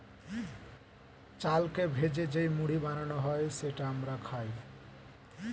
চালকে ভেজে যেই মুড়ি বানানো হয় সেটা আমরা খাই